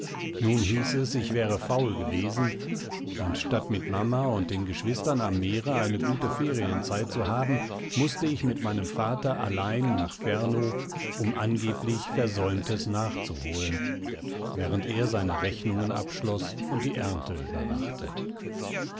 nun hieß es ich wäre faul gewesen und statt mit mama und den geschwistern am meere eine gute ferienzeit zu haben mußte ich mit meinem vater allein nach fernow um angeblich versäumtes nachzuholen während er seine rechnungen abschloß und die ernte überwachte